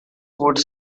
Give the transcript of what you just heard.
would